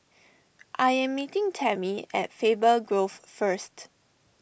I am meeting Tami at Faber Grove first